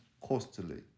costly